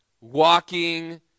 walking